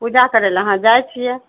पूजा करयलऽ हँ जाइत छियै